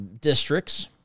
districts